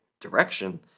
direction